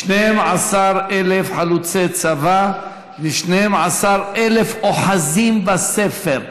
12,000 חלוצי צבא ו-12,000 אוחזים בספר.